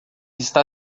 está